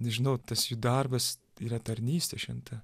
nežinau tas darbas yra tarnystė šventa